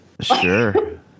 Sure